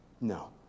No